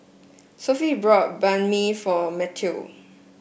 Sophie bought Banh Mi for Mateo